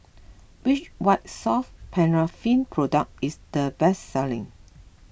which White Soft Paraffin Product is the best selling